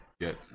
get